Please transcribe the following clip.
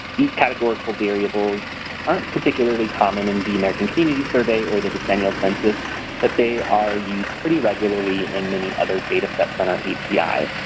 these categorical variables aren't particularly common in the american community survey or the decennial census but they are used pretty regularly in many other data sets on our api.